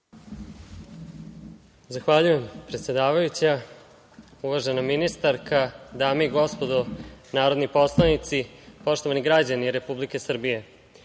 Zahvaljujem, predsedavajuća. Uvažena ministarka, dame i gospodo narodni poslanici, poštovani građani Republike Srbije,